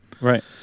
Right